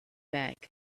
back